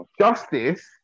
justice